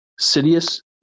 Sidious